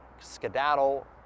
skedaddle